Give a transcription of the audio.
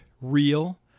real